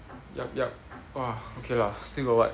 yup yup !wah! okay lah still got what